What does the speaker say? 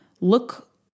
look